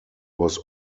was